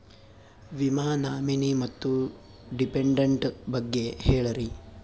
ವಿಮಾ ನಾಮಿನಿ ಮತ್ತು ಡಿಪೆಂಡಂಟ ಬಗ್ಗೆ ಹೇಳರಿ?